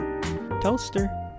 toaster